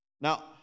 Now